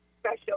special